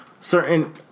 certain